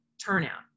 turnout